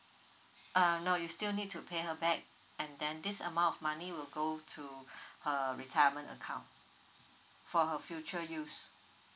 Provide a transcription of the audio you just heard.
um no you still need to pay her back and then this amount of money will go to her retirement account for her future use